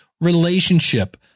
relationship